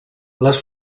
les